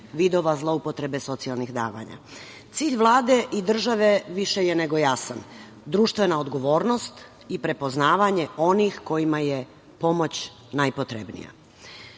vidova zloupotrebe socijalnih davanja. Cilj Vlade i države više je nego jasan. Društvena odgovornost i prepoznavanje onih kojima je pomoć najpotrebnija. Izradom